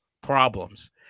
problems